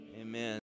amen